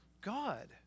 God